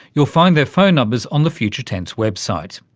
you'll find their phone numbers on the future tense website.